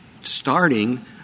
starting